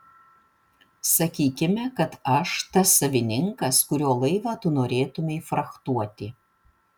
sakykime kad aš tas savininkas kurio laivą tu norėtumei frachtuoti